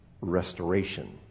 restoration